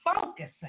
focusing